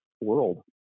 world